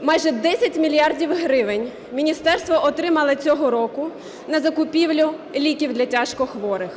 Майже 10 мільярдів гривень міністерство отримало цього року на закупівлю ліків для тяжкохворих.